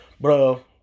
bro